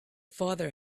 father